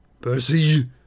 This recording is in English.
Percy